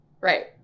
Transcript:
Right